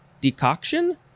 decoction